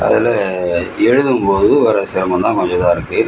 அதில் எழுதும் போது வர சிரமம்தான் கொஞ்சம் இதாக இருக்கு